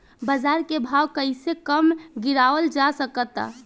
बाज़ार के भाव कैसे कम गीरावल जा सकता?